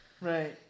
Right